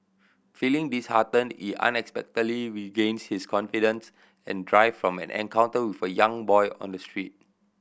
feeling disheartened he unexpectedly regains his confidence and drive from an encounter with a young boy on the street